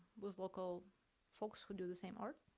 with local folks who do the same art.